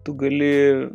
tu gali